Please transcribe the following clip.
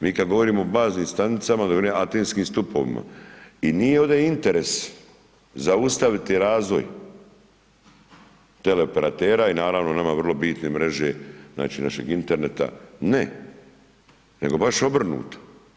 Mi kad govorimo o baznim stanicama, govorimo o antenskim stupovima i nije ovdje interes zaustaviti razvoj teleoperatera i naravno nama vrlo bitne mreže, znači našeg interneta, ne nego baš obrnuto.